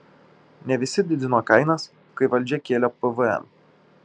ne visi didino kainas kai valdžia kėlė pvm